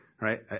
Right